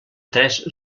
tres